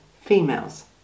females